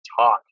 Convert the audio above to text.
talk